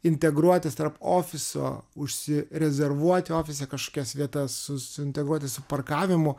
integruotis tarp ofiso užsi rezervuoti ofise kažkokias vietas integruoti su parkavimu